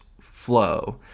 flow